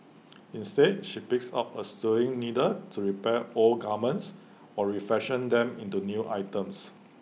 instead she picks up her sewing needle to repair old garments or refashion them into new items